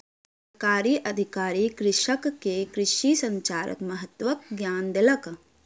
सरकारी अधिकारी कृषक के कृषि संचारक महत्वक ज्ञान देलक